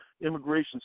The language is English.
immigration